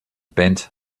bent